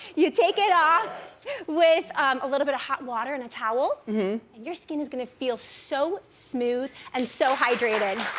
you take it off with a little bit of hot water and a towel and your skin is gonna feel so smooth and so hydrated.